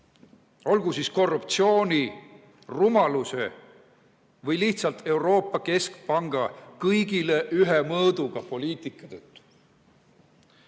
olgu siis korruptsiooni, rumaluse või lihtsalt Euroopa Keskpanga "kõigile ühe mõõduga" poliitika